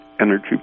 energy